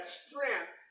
strength